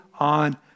on